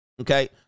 Okay